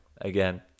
again